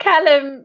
Callum